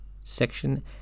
section